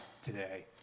Today